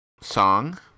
song